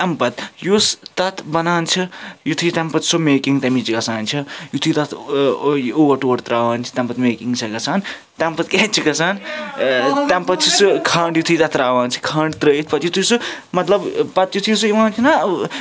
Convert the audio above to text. اَمہِ پَتہٕ یُس تَتھ بَنان چھِ یُِتھُے تَمہِ پَتہٕ سُہ میٚکِنٛگ تمِچ گژھان چھِ یُِتھُے تَتھ اوٹ ووٹ ترٛاوان چھِ تَمہِ پَتہٕ میکِنٛگ چھےٚ گَژھان تَمہِ پَتہٕ کیٛاہ چھِ گژھان تَمہِ پَتہٕ چھِ سُہ کھنٛڈ یُتھُے تَتھ ترٛاوان چھِ کھنٛڈ ترٲوِتھ پَتہٕ یُتھُے سُہ مطلب پَتہٕ یُتھُے سُہ یِوان چھُناہ